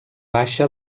baixa